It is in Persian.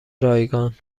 رایگان